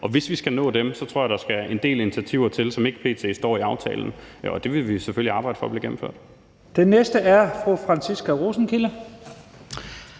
og hvis vi skal nå dem, tror jeg der skal en del initiativer til, som p.t. ikke står i aftalen, og det vil vi selvfølgelig arbejde for bliver gennemført.